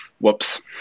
Whoops